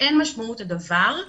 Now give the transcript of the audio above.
אין משמעות הדבר,